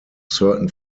certain